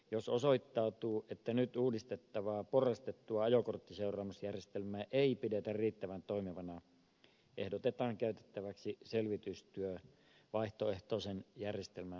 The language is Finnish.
jos osoittautuu että nyt uudistettavaa porrastettua ajokorttiseuraamusjärjestelmää ei pidetä riittävän toimivana ehdotetaan käynnistettäväksi selvitystyö vaihtoehtoisen järjestelmän laatimiseksi